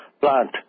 plant